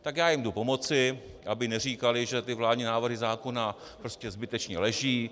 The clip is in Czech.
Tak já jim jdu pomoci, aby neříkali, že ty vládní návrhy zákona prostě zbytečně leží.